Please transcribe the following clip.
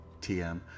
TM